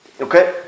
Okay